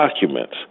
documents